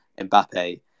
Mbappe